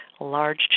large